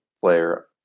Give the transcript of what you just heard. player